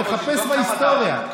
תחפש בהיסטוריה.